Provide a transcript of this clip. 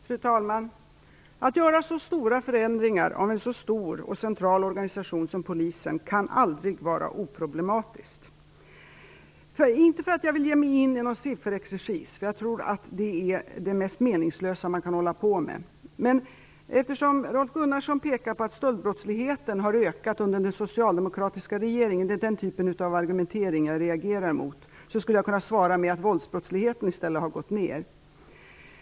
Fru talman! Att göra så stora förändringar av en så stor och central organisation som polisen kan aldrig vara oproblematiskt. Inte för att jag vill ge mig in i någon sifferexercis, jag tror att det är det mest meningslösa man kan hålla på med, men eftersom Rolf Gunnarsson pekar på att stöldbrottsligheten har ökat under den socialdemokratiska regeringen - det är den typen av argumentering jag reagerar mot - skulle jag kunna svara med att våldsbrottsligheten i stället har gått ned.